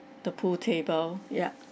the pool table ya